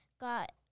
...got